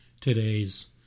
today's